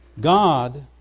God